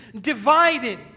divided